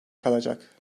kalacak